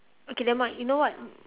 okay never mind you know what